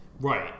Right